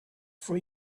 for